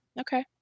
Okay